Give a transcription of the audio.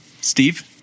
Steve